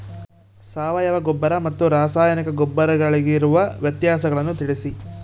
ಸಾವಯವ ಗೊಬ್ಬರ ಮತ್ತು ರಾಸಾಯನಿಕ ಗೊಬ್ಬರಗಳಿಗಿರುವ ವ್ಯತ್ಯಾಸಗಳನ್ನು ತಿಳಿಸಿ?